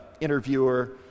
interviewer